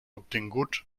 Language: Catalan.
obtinguts